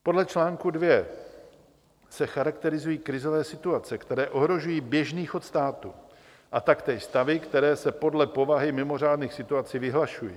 Podle čl. 2 se charakterizují krizové situace, které ohrožují běžný chod státu, a taktéž stavy, které se podle povahy mimořádných situací vyhlašují.